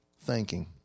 thanking